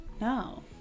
No